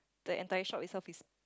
the entire shop itself is